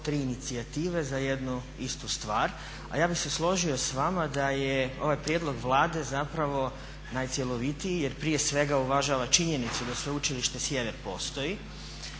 tri inicijative za jednu istu stvar. A ja bih se složio s vama da je ovaj prijedlog Vlade zapravo najcjelovitiji jer prije svega uvažava činjenicu da Sveučilište Sjever postoji